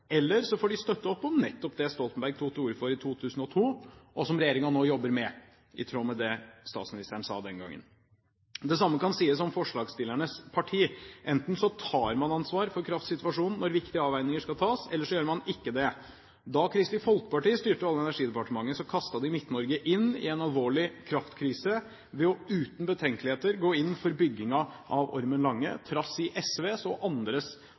eller så får de støtte opp om nettopp det Stoltenberg tok til orde for i 2002, og som regjeringen nå jobber med, i tråd med det statsministeren sa den gangen. Det samme kan sies om forslagsstillernes parti – enten så tar man ansvar for kraftsituasjonen når viktige avveininger skal tas, eller så gjør man ikke det. Da Kristelig Folkeparti styrte Olje- og energidepartementet, kastet de Midt-Norge inn i en alvorlig kraftkrise ved uten betenkeligheter å gå inn for byggingen av Ormen Lange, trass i SVs og